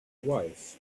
wife